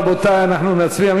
רבותי, אנחנו נצביע.